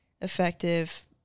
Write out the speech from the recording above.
effective